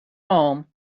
home